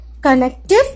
connective